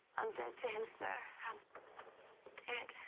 i'm dead to him, sir. i'm dead.